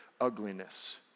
ugliness